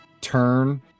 turn